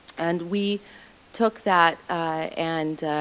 and we took that and